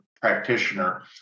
practitioner